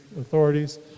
authorities